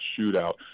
shootout